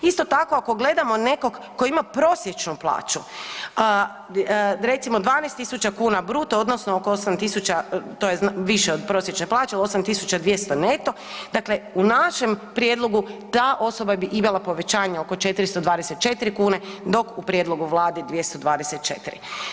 Isto tako, ako gledamo nekog tko ima prosječnu plaću, recimo 12 tisuća kuna bruto, odnosno oko 8 tisuća tj. više od prosječne plaće, 8 200 neto, dakle u našem prijedlogu, ta osoba bi imala povećanje oko 424 kune, dok u prijedlogu Vlade 224.